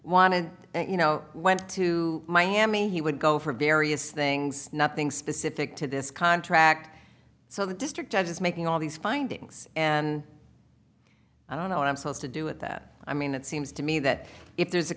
to you know went to miami he would go for various things nothing specific to this contract so the district judge is making all these findings and i don't know i'm supposed to do it that i mean it seems to me that if there's a